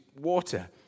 water